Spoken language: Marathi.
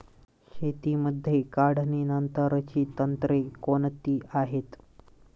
शेतीमध्ये काढणीनंतरची तंत्रे कोणती आहेत?